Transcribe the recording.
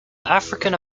african